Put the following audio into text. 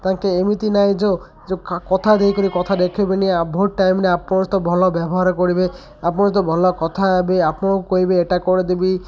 ତାଙ୍କେ ଏମିତି ନାହିଁ ଯୋ ଯୋ କଥା ଦେଇକରି କଥା ଦେଖାଇବେନି ଭୋଟ ଟାଇମରେ ଆପଣ ତ ଭଲ ବ୍ୟବହାର କରିବେ ଆପଣ ତ ଭଲ କଥା ହେବେ ଆପଣଙ୍କୁ କହିବେ ଏଇଟା କରି ଦେବି